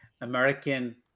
American